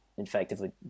Effectively